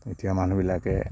এতিয়া মানুহবিলাকে